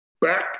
back